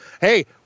Hey